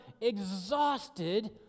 exhausted